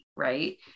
right